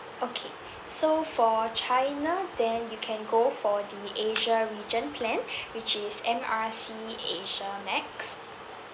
okay so for china then you can go for the asia region plan which is M R C asia max